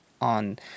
On